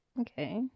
Okay